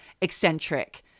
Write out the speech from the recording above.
eccentric